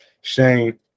Shane